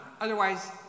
otherwise